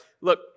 look